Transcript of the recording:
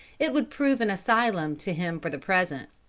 it would prove an asylum to him for the present.